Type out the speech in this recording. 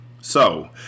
So